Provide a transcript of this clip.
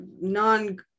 non